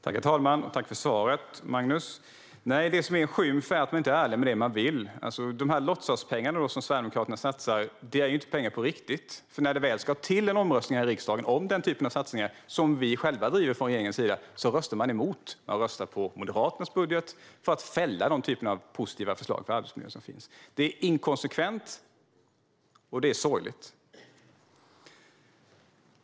Herr talman! Tack för svaret, Magnus! Det som är en skymf är att man inte är ärlig med det man vill. De låtsaspengar som Sverigedemokraterna satsar är inga riktiga pengar, för när det väl ska bli omröstning här i riksdagen om den typen av satsningar, som vi ju själva driver från regeringens sida, röstar Sverigedemokraterna emot. De röstar på Moderaternas budget för att fälla de positiva förslagen när det gäller arbetsmiljö. Det är inkonsekvent och sorgligt.